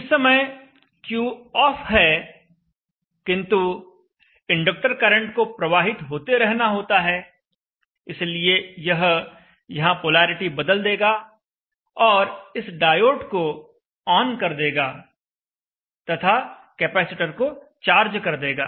जिस समय Q off है किंतु इंडक्टर करंट को प्रवाहित होते रहना होता है इसलिए यह यहां पोलैरिटी बदल लेगा और इस डायोड को ऑन कर देगा तथा कैपेसिटर को चार्ज कर देगा